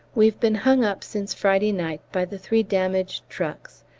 we've been hung up since friday night by the three damaged trucks,